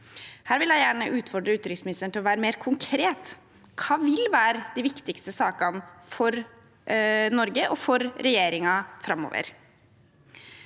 Her vil jeg gjerne utfordre utenriksministeren til å være mer konkret. Hva vil være de viktigste sakene for Norge og for regjeringen framover?